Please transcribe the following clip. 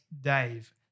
Dave